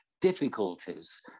difficulties